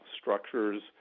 structures